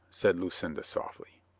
said lucinda softly.